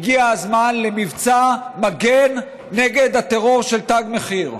הגיע הזמן למבצע מגן נגד הטרור של תג מחיר.